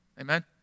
Amen